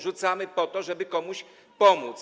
Rzucamy po to, żeby komuś pomóc.